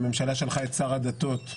הממשלה שלחה את שר הדתות.